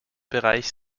bereich